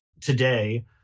today